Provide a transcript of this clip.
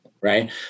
right